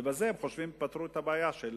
ובזה הם חושבים שהם פתרו את הבעיה של